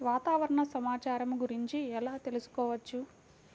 వాతావరణ సమాచారము గురించి ఎలా తెలుకుసుకోవచ్చు?